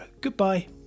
Goodbye